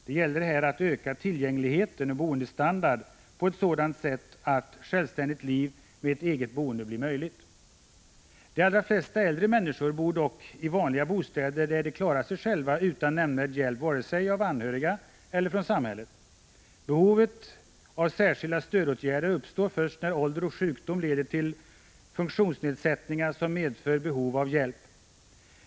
Det gäller här att öka tillgängligheten och boendestandarden på ett sådant sätt att självständigt liv och ett eget boende blir möjligt. De allra flesta äldre människor bor dock i vanliga bostäder där de klarar sig själva utan nämnvärd hjälp vare sig av anhöriga eller från samhället. Behovet av särskilda stödåtgärder uppstår först när ålder och sjukdom leder till funktionsnedsättningar som medför behov av hjälp.